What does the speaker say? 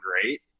great